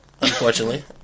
unfortunately